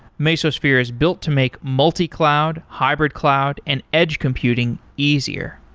mesosphere is built to make multi-cloud, hybrid cloud and edge computing easier.